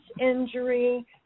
injury